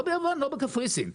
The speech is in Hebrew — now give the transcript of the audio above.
לא ביוון ולא בקפריסין.